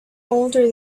older